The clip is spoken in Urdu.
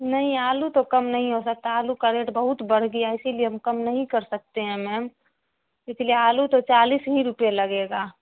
نہیں آلو تو کم نہیں ہو سکتا آلو کا ریٹ بہت بڑھ گیا ہے اسی لیے ہم کم نہیں کر سکتے ہیں میم اس لیے آلو تو چالیس ہی روپئے لگے گا